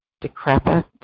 decrepit